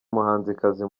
umuhanzikazi